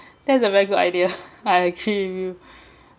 that's a very good idea